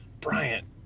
Bryant